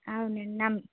ఆ అవునండి